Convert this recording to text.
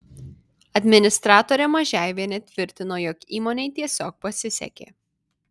administratorė mažeivienė tvirtino jog įmonei tiesiog pasisekė